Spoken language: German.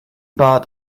bad